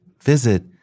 Visit